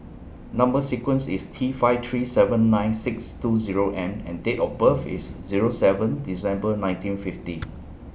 Number sequence IS T five three seven nine six two Zero M and Date of birth IS Zero seven December nineteen fifty